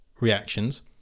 reactions